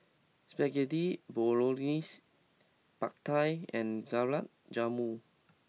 Spaghetti Bolognese Pad Thai and Gulab Jamun